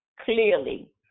clearly